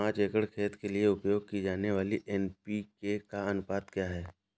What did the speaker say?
पाँच एकड़ खेत के लिए उपयोग की जाने वाली एन.पी.के का अनुपात क्या है?